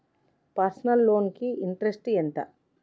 Personal loan కి interest ఎంత?